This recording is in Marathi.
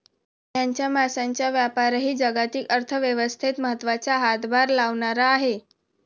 मेंढ्यांच्या मांसाचा व्यापारही जागतिक अर्थव्यवस्थेत महत्त्वाचा हातभार लावणारा आहे